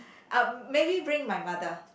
um maybe bring my mother